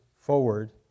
forward